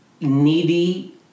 needy